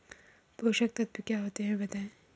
पोषक तत्व क्या होते हैं बताएँ?